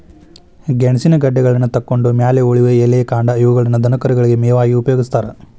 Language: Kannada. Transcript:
ಗೆಣಸಿನ ಗೆಡ್ಡೆಗಳನ್ನತಕ್ಕೊಂಡ್ ಮ್ಯಾಲೆ ಉಳಿಯೋ ಎಲೆ, ಕಾಂಡ ಇವುಗಳನ್ನ ದನಕರುಗಳಿಗೆ ಮೇವಾಗಿ ಉಪಯೋಗಸ್ತಾರ